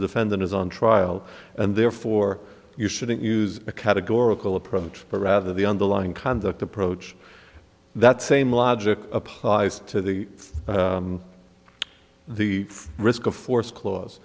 defendant is on trial and therefore you shouldn't use a categorical approach but rather the underlying conduct approach that same logic applies to the the risk of force cla